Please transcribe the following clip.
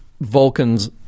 Vulcans